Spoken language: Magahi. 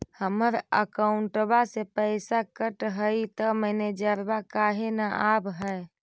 हमर अकौंटवा से पैसा कट हई त मैसेजवा काहे न आव है?